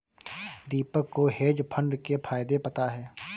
दीपक को hedge fund के फायदे पता है